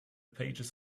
pages